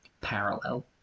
parallel